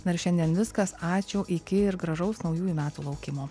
na ir šiandien viskas ačiū iki ir gražaus naujųjų metų laukimo